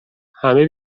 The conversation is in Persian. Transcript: همه